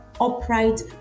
upright